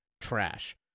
trash